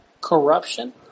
corruption